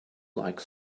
like